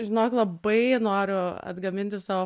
žinok labai noriu atgaminti savo